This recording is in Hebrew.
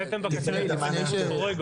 הצגתם במצגת --- אלעד,